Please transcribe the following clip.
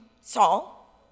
Saul